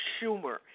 Schumer